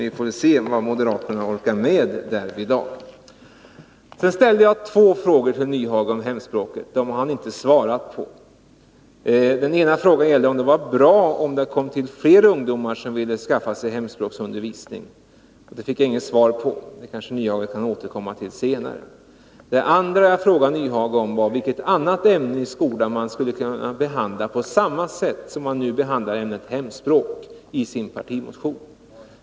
Vi får se vad moderaterna orkar med därvidlag. Sedan ställde jag två frågor till Hans Nyhage om hemspråksundervisningen. Dem har han inte svarat på. Den ena frågan var om det var bra om det kom till fler ungdomar som ville ha hemspråksundervisning. Den frågan fick jag inget svar på, men det kanske Hans Nyhage kan återkomma till senare. Det andra jag frågade Hans Nyhage om var vilket annat ämne i skolan man skulle kunna behandla på samma sätt som moderaterna nu behandlar hemspråksundervisningen i partimotionen.